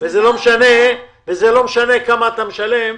וזה לא משנה כמה אתה משלם,